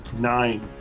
Nine